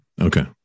Okay